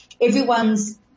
everyone's